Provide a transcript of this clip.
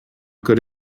could